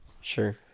Sure